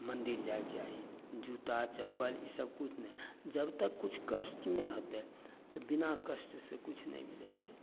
मन्दिर जाइके चाही जूता चप्पल ईसब किछु नहि जब तक किछु कष्ट नहि होतय तऽ बिना कष्टसँ किछु नहि मिलय छै